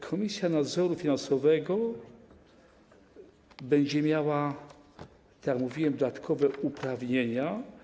Komisja Nadzoru Finansowego będzie miała, jak mówiłem, dodatkowe uprawnienia.